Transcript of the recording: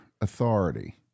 authority